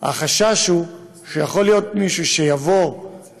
החשש הוא שיכול להיות שמישהו שיוריד